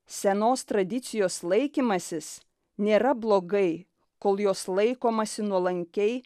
senos tradicijos laikymasis nėra blogai kol jos laikomasi nuolankiai